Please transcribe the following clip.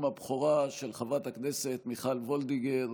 הבכורה של חברת הכנסת מיכל וולדיגר.